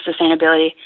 sustainability